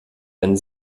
wenn